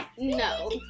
No